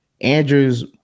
Andrews